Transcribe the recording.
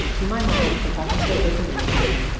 to my mom for talking so openly with me,